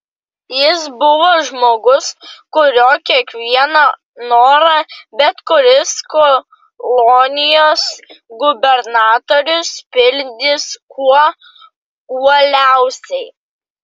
jis buvo žmogus kurio kiekvieną norą bet kuris kolonijos gubernatorius pildys kuo uoliausiai